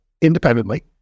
independently